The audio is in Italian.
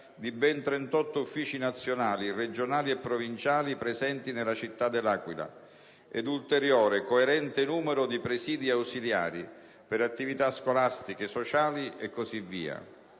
di ben 38 uffici nazionali, regionali e provinciali presenti nella città dell'Aquila, e ulteriore, coerente numero di presidi ausiliari per attività scolastiche, sociali e così via;